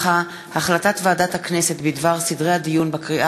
החלטת ועדת הכנסת בדבר סדרי הדיון בקריאה